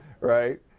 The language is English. right